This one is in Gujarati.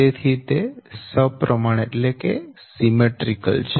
તેથી તે સપ્રમાણ છે